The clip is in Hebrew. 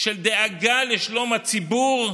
של דאגה לשלום הציבור,